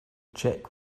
check